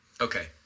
okay